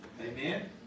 Amen